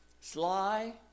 Sly